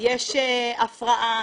יש הפרעה,